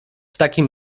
takim